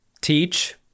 teach